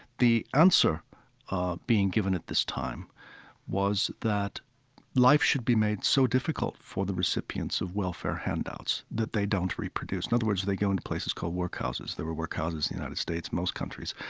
the answer ah being given at this time was that life should be made so difficult for the recipients of welfare handouts that they don't reproduce. in other words, they go into places called workhouses. there were workhouses in the united states, most countries.